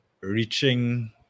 reaching